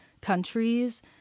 countries